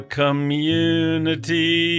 community